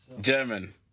German